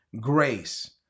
grace